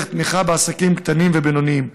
ודרך תמיכה בעסקים קטנים ובינוניים.